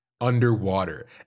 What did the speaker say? underwater